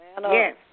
Yes